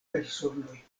personoj